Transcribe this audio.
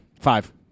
Five